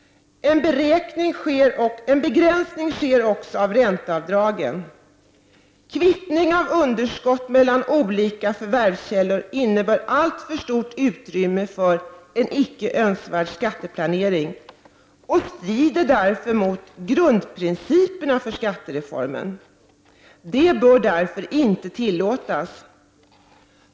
En begränsning sker också av ränteavdragen. Kvittning av underskott mellan olika förvärvskällor innebär alltför stort utrymme för en icke önskvärd skatteplanering och strider därför mot grundprinciperna för skattereformen. Det bör därför inte tillåtas.